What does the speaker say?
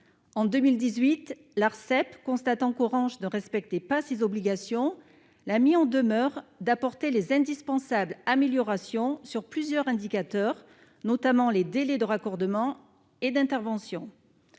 en 2018, l'Arcep, constatant qu'Orange de respecter pas ses obligations l'mis en demeure d'apporter les indispensables amélioration sur plusieurs indicateurs notamment les délais de raccordement et d'intervention,